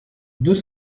deux